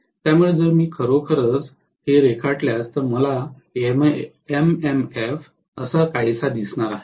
त्यामुळे जर मी खरोखरच रेखाटल्यास तर मला एमएमएफ असं काहीसा दिसणार आहे